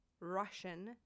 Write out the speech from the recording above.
Russian